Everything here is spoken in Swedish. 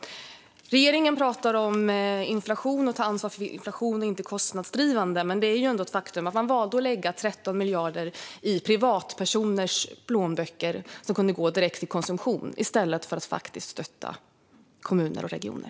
Regeringen pratar om att man ska ta ansvar för inflationen och inte vara kostnadsdrivande. Men det är ändå ett faktum att man valde att lägga 13 miljarder kronor i privatpersoners plånböcker som kunde gå direkt till konsumtion i stället för att faktiskt stötta kommuner och regioner.